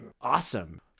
awesome